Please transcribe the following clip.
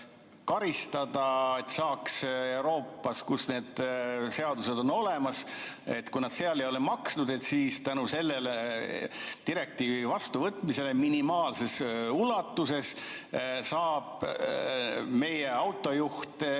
karistamiseks Euroopas, kus need seadused on olemas? Kui nad seal ei ole maksnud [teetasu], siis tänu selle direktiivi vastuvõtmisele minimaalses ulatuses saab meie autojuhtidelt